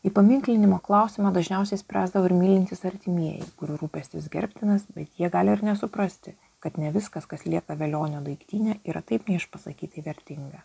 įpaminklinimo klausimą dažniausiai spręsdavo ir mylintys artimieji kur rūpestis gerbtinas bet jie gali ir nesuprasti kad ne viskas kas lieka velionio daiktinio yra taip neišpasakytai vertinga